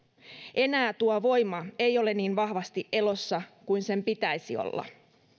enää tuo voima ei ole niin vahvasti elossa kuin sen pitäisi olla